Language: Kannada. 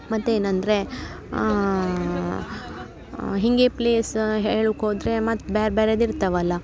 ಮತ್ತು ಏನಂದರೆ ಹೀಗೆ ಪ್ಲೇಸ ಹೇಳಕ್ಕೆ ಹೋದರೆ ಮತ್ತು ಬ್ಯಾರ ಬ್ಯಾರೆದು ಇರ್ತವಲ್ಲ